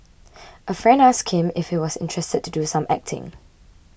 a friend asked him if he was interested to do some acting